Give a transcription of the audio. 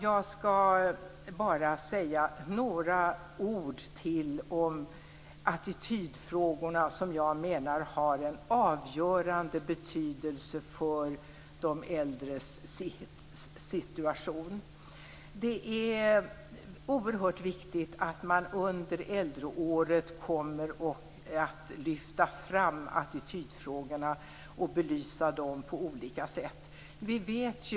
Jag skall bara säga några ord till om attitydfrågorna, som jag menar har en avgörande betydelse för de äldres situation. Det är oerhört viktigt att man under äldreåret lyfter fram attitydfrågorna och att man på olika sätt belyser dem.